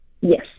Yes